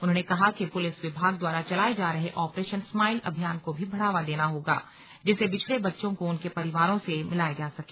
उन्होंने कहा कि पुलिस विभाग द्वारा चलाये जा रहे ऑपरेशन स्माइल अभियान को भी बढ़ावा देना होगा जिससे बिछड़े बच्चों को उनके परिवारों से मिलाया जा सके